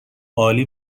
عالی